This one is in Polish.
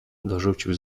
dorzucił